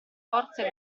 forza